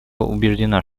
убеждена